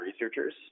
researchers